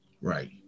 right